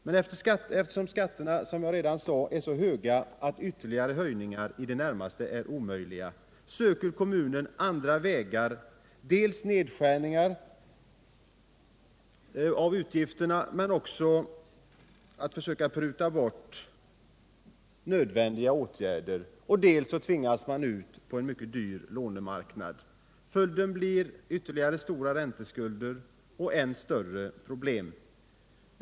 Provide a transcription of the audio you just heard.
Men eftersom skatterna, som jag redan sagt, är så höga att ytterligare höjningar är i det närmaste omöjliga, söker kommunerna andra vägar: dels skär man ned utgifterna, dels tvingas man ut på en dyr lånemarknad. Följden blir stora ränteskulder och än större problem.